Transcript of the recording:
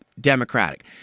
democratic